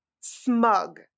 smug